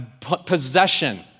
possession